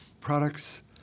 Products